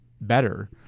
better